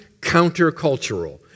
countercultural